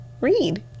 read